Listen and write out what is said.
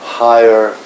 higher